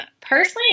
Personally